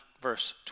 verse